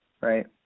right